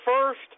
first